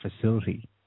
facility